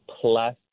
plus